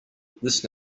this